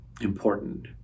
important